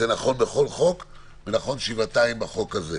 זה נכון לכל חוק ונכון שבעתיים בחוק הזה.